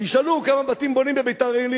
תשאלו כמה בתים בונים בביתר-עילית,